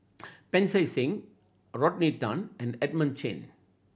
Pancy Seng Rodney Tan and Edmund Chen